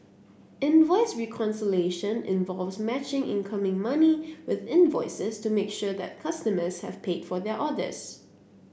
invoice reconciliation involves matching incoming money with invoices to make sure that customers have paid for their orders